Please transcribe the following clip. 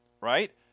right –